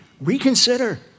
reconsider